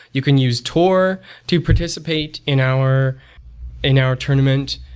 you can use tor to participate in our in our tournament.